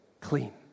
clean